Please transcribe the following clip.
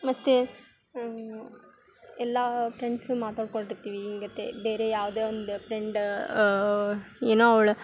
ಮತ್ತು ಎಲ್ಲಾ ಫ್ರೆಂಡ್ಸ್ ಮಾತಾಡ್ಕೊಂಡಿರ್ತೀವಿ ಹಿಂಗೆ ತೆ ಬೇರೆ ಯಾವುದೇ ಒಂದು ಪ್ರೆಂಡ್ ಏನೋ ಅವ್ಳು